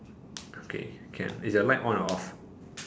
okay can is your light on or off